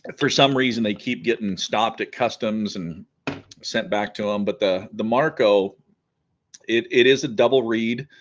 for some reason they keep getting stopped at customs and sent back to them but the the marco it it is a double reed